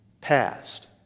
Past